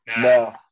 No